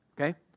Okay